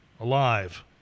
alive